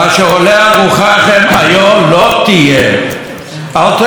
אל תקוששו קולות על לומדי התורה והשבת.